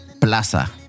Plaza